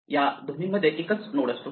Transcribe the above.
या दोन्ही मध्ये एकच नोड असतो